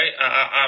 right